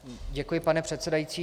Děkuji, pane předsedající.